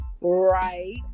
Right